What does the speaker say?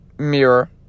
mirror